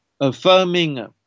affirming